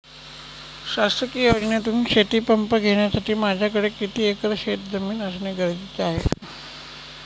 शासकीय योजनेतून शेतीपंप घेण्यासाठी माझ्याकडे किती एकर शेतजमीन असणे गरजेचे आहे?